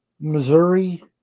Missouri